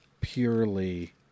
purely